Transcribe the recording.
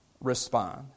respond